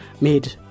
made